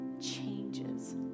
changes